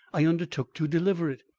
i undertook to deliver it.